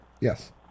Yes